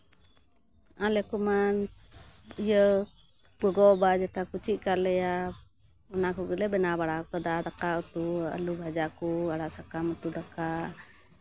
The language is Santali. ᱟᱞᱮ ᱠᱚᱢᱟ ᱤᱭᱟᱹ ᱜᱚᱜᱚᱼᱵᱟᱵᱟ ᱡᱮᱴᱟ ᱠᱚ ᱪᱮᱫ ᱠᱟᱜ ᱞᱮᱭᱟ ᱚᱱᱟ ᱠᱚᱜᱮ ᱞᱮ ᱵᱮᱱᱟᱣ ᱵᱟᱲᱟ ᱠᱟᱫᱟ ᱟᱨ ᱫᱟᱠᱟ ᱩᱛᱩ ᱟᱹᱞᱩ ᱵᱷᱟᱡᱟ ᱠᱚ ᱟᱲᱟᱜ ᱥᱟᱠᱟᱢ ᱩᱛᱩ ᱫᱟᱠᱟ